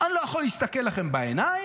אני לא יכול להסתכל לכם בעיניים,